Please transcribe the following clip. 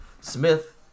Smith